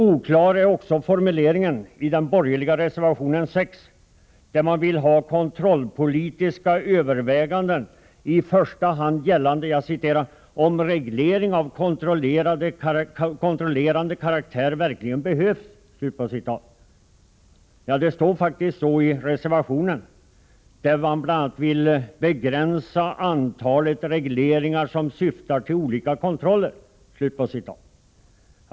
Oklar är också formuleringen i den borgerliga reservationen enligt vilken ”de kontrollpolitiska övervägandena i första hand måste gälla frågan huruvida regleringar av kontrollerande karaktär verkligen behövs”. Det står faktiskt så i reservationen. Det står även att starka skäl talar för att man ”begränsar antalet regler som syftar till olika kontroller”.